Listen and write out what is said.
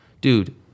Dude